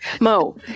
Mo